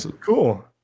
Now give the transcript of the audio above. cool